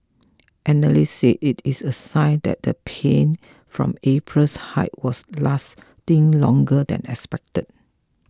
analysts say it is a sign that the pain from April's hike was lasting longer than expected